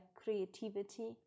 creativity